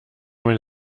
meine